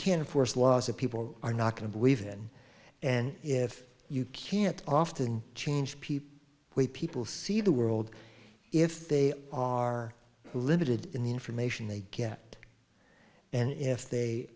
enforce laws that people are not going to believe in and if you can't often change people way people see the world if they are limited in the information they get and if they